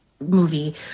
movie